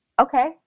okay